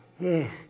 Yes